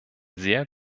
sehr